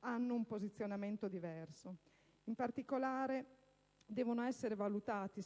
hanno un posizionamento diverso. In particolare, secondo l'Europa devono essere valutati